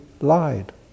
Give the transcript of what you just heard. lied